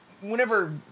whenever